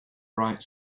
bright